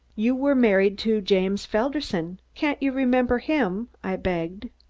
you were married to james felderson. can't you remember him? i begged.